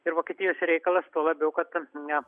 ir vokietijos reikalas tuo labiau kad na